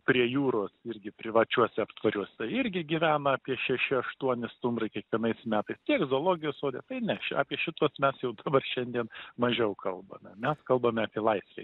prie jūros irgi privačiuose aptvaruose irgi gyvena apie šeši aštuoni stumbrai kiekvienais metais tiek zoologijos sode tai ne apie šituos mes jau dabar šiandien mažiau kalbame mes kalbame apie laisvėj